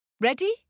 Ready